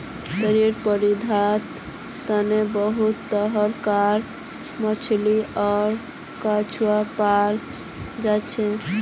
तटीय परिस्थितिक तंत्रत बहुत तरह कार मछली आर कछुआ पाल जाछेक